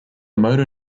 motor